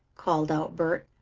called out bert.